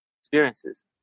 experiences